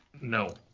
No